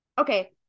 okay